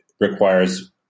requires